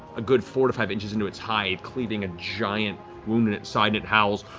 a good four to five inches into its hide, cleaving a giant wound in its side. it howls